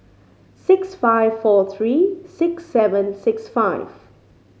six five four three six seven six five